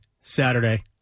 Saturday